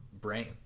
brain